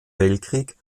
weltkrieg